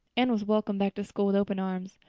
anne was welcomed back to school with open arms.